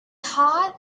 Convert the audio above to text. hot